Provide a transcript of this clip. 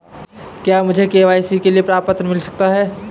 क्या मुझे के.वाई.सी के लिए प्रपत्र मिल सकता है?